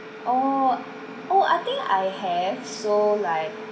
orh oh I think I have so like